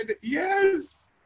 Yes